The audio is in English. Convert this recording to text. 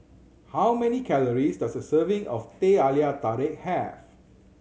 how many calories does a serving of Teh Halia Tarik have